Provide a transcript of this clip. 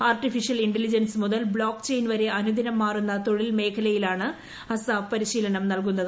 artificial intelligence മുതൽ block chain വരെ അനുദിനം മാറുന്ന തൊഴിൽ മേഖലയിലാണ് അസാപ് പരിശീലനം നൽകുന്നത്